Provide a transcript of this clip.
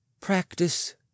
practice